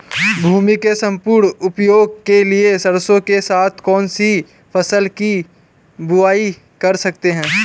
भूमि के सम्पूर्ण उपयोग के लिए सरसो के साथ कौन सी फसल की बुआई कर सकते हैं?